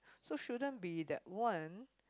so shouldn't be that one